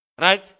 Right